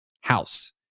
house